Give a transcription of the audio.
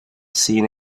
seen